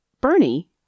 Bernie